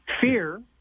Fear